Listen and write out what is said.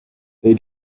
they